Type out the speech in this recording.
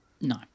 No